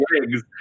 wigs